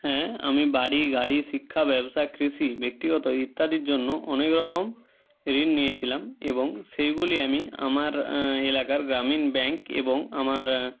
হ্যাঁ আমি বাড়ি গাড়ি শিক্ষা ব্যবসা কৃষি ব্যক্তিগত ইত্যাদির জন্য অনেক রকম ঋণ নিয়েছিলাম এবং সেইগুলি আমি আমার এলাকার গ্রামীণ ব্যাঙ্ক এবং আমার